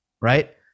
Right